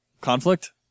conflict